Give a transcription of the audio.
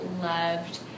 loved